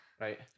Right